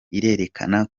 irerekana